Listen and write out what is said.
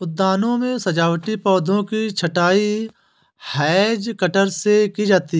उद्यानों में सजावटी पौधों की छँटाई हैज कटर से की जाती है